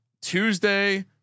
Tuesday